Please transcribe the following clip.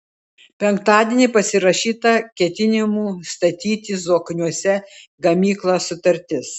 penktadienį pasirašyta ketinimų statyti zokniuose gamyklą sutartis